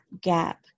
gap